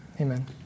Amen